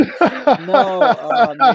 No